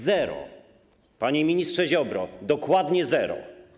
Zero, panie ministrze Ziobro, dokładnie zero.